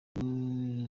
inkiko